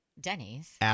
Denny's